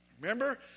Remember